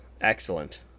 Excellent